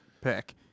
pick